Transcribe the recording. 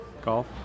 Golf